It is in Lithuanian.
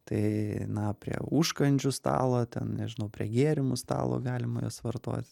tai na prie užkandžių stalo ten nežinau prie gėrimų stalo galima juos vartoti